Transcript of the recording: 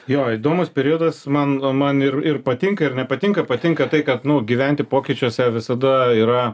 jo įdomus periodas man man ir ir patinka ir nepatinka patinka tai kad nu gyventi pokyčiuose visada yra